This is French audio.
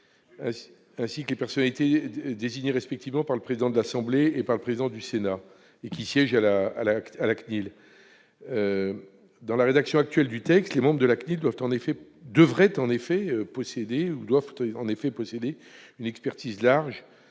ainsi que des personnalités désignées respectivement par le président de l'Assemblée nationale et par le président du Sénat qui siègent à la CNIL. Dans la rédaction actuelle du texte, les membres de la CNIL doivent en effet posséder une expertise large